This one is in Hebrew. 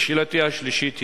שאלתי השלישית היא,